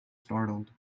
startled